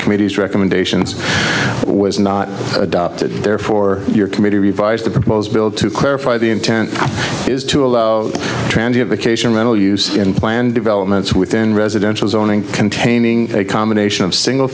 committee's recommendations was not adopted therefore your committee revised the proposed bill to clarify the intent is to allow trangia vacation rental use in planned developments within residential zoning containing a combination of single